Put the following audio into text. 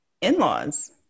in-laws